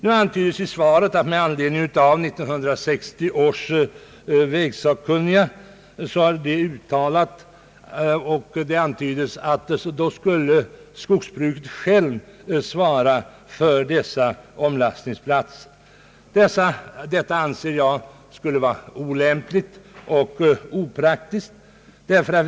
Nu antyds i svaret att, enligt vad 1960 års vägsakkunniga har uttalat, skogsbruket självt skulle svara för dessa omlastningsplatser. Detta skulle enligt min mening vara olämpligt och opraktiskt.